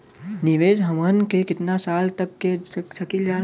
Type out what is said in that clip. निवेश हमहन के कितना साल तक के सकीलाजा?